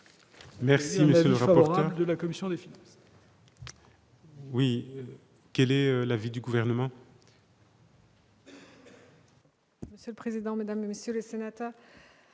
Merci monsieur rapporteur et quel est l'avis du gouvernement. Monsieur le président, Mesdames et messieurs, je comprends